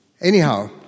Anyhow